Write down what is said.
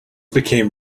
became